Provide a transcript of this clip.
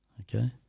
okay.